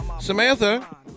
Samantha